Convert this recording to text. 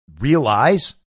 realize